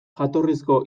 jatorrizko